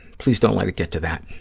please don't let it get to that.